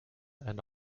and